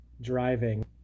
driving